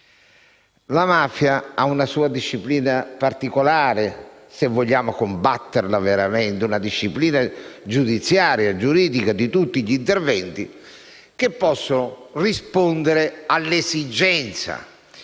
La mafia necessita di una disciplina particolare, se vogliamo combatterla veramente, una disciplina giudiziaria e giuridica di tutti gli interventi che rispondono all'esigenza